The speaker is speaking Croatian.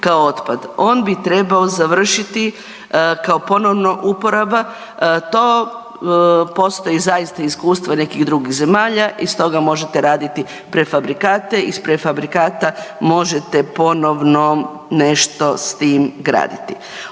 On bi trebao završiti kao ponovno uporaba, to postoji zaista iskustvo nekih drugih zemalja, iz toga možete raditi prefabrikate, iz prefabrikata možete ponovno nešto s tim graditi.